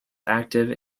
active